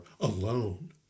alone